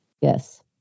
Yes